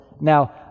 Now